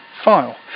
file